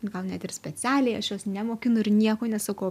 gal net ir specialiai aš jos nemokinu ir nieko nesakau